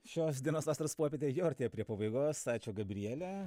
šios dienos vasaros puopietė jau artėja prie pabaigos ačiū gabriele